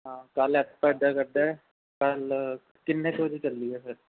ਹਾਂ ਕੱਲ੍ਹ ਆਪਾਂ ਇੱਦਾਂ ਕਰਦੇ ਹੈ ਕੱਲ੍ਹ ਕਿੰਨੇ ਕੁ ਵਜੇ ਚੱਲੀਏ ਫਿਰ